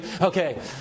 Okay